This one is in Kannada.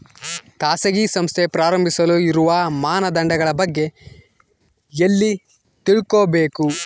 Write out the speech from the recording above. ಖಾಸಗಿ ಸಂಸ್ಥೆ ಪ್ರಾರಂಭಿಸಲು ಇರುವ ಮಾನದಂಡಗಳ ಬಗ್ಗೆ ಎಲ್ಲಿ ತಿಳ್ಕೊಬೇಕು?